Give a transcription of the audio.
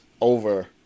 over